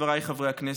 חבריי חברי הכנסת,